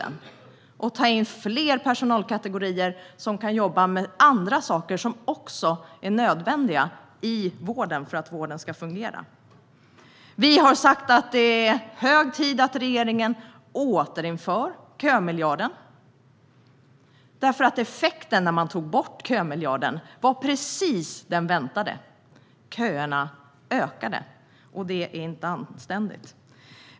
Sedan ska man ta in fler personalkategorier som kan jobba med andra saker som också är nödvändiga för att vården ska fungera. Vi har sagt att det är hög tid att regeringen återinför kömiljarden. Effekten när man tog bort kömiljarden var precis den väntade: att köerna ökade. Det är inte anständigt.